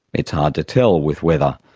it's hard to tell with weather.